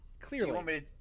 Clearly